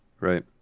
Right